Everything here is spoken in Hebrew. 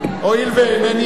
הואיל ואינני יכול